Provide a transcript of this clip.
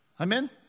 Amen